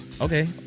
Okay